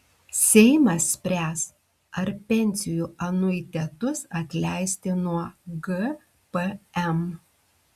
seimas spręs ar pensijų anuitetus atleisti nuo gpm